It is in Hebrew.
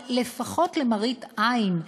לפחות למראית עין,